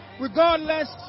Regardless